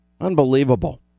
Unbelievable